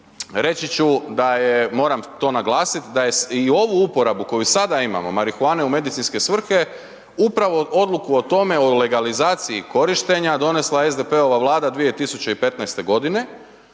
reći ću da je, moram to naglasit da je i ovu uporabu koju sada imamo marihuane u medicinske svrhe, upravo odluku o tome, o legalizaciji korištenja, donesla SDP-ova Vlada 2015.g.,